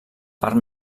part